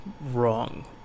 wrong